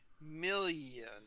million